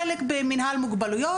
חלק במנהל מוגבלויות,